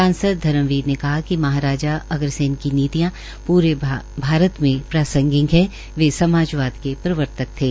सांसद धर्मबीर ने कहा कि महाराजा अग्रसेन की नीतियां पूरे भारत में प्रसंगिक है वे समाजवाद के प्रवर्तक थे